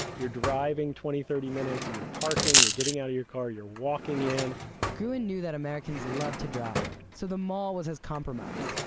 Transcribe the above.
you're driving twenty, thirty minutes, you're parking, you're getting out of your car, you're walking in gruen knew that americans love to drive. so the mall was his compromise.